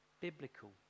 biblical